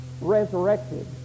resurrected